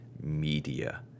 media